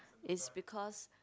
is because